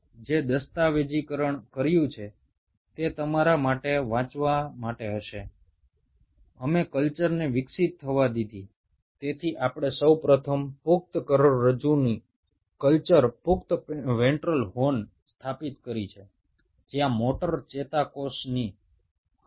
আমরা যদি এই কালচারগুলোকে বৃদ্ধি পেতে দিই তাহলে প্রথমে আমাদেরকে অ্যাডাল্ট স্পাইনাল কর্ড কালচার বা অ্যাডাল্ট ভেন্ট্রাল হর্ন কালচার তৈরি করতে হবে যেখানে প্রচুর সংখ্যক মোটর নিউরনের পপুলেশন পাওয়া যাবে